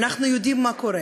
אנחנו יודעים מה קורה,